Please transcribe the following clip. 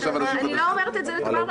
--- אני לא אומרת את זה לטובה או לרעה,